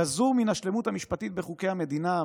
גזור מן השלמות המשפטית בחוקי מדינה,